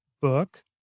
book